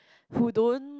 who don't